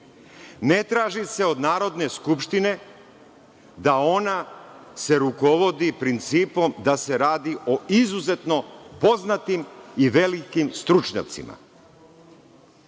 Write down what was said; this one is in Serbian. ne traži od Narodne skupštine da ona se ona rukovodi principom da se radi o izuzetno poznatim i velikim stručnjacima.